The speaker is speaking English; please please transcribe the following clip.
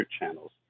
channels